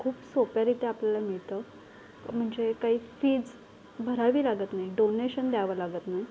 खूप सोप्यारीत्या आपल्याला मिळतं म्हणजे काही फीज भरावी लागत नाही डोनेशन द्यावं लागत नाही